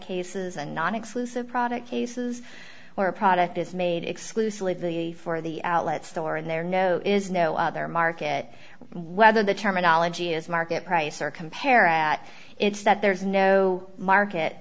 cases and non exclusive product cases or a product is made exclusively for the outlet store and there are no is no other market whether the terminology is market price or compare at it's that there is no market